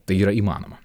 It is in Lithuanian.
tai yra įmanoma